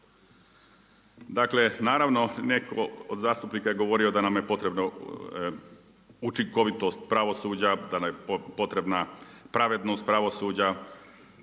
Dakle naravno neko od zastupnika je govorio da nam je potrebno učinkovitost pravosuđa, da nam je potrebna pravednost pravosuđa.